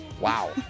Wow